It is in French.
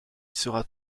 sera